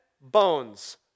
bones